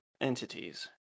entities